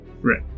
Right